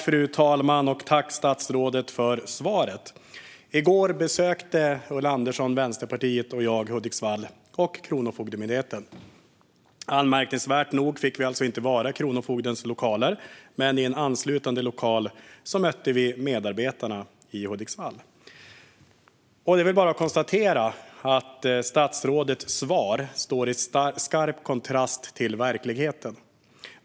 Fru talman! Jag tackar statsrådet för svaret. I går besökte Ulla Andersson, Vänsterpartiet, och jag Hudiksvall och Kronofogdemyndigheten där. Anmärkningsvärt nog fick vi inte vara i Kronofogdens lokaler, men i en anslutande lokal mötte vi medarbetarna i Hudiksvall. Jag kan konstatera att statsrådets svar står i skarp kontrast till verkligheten.